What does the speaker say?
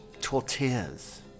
tortillas